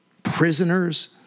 Prisoners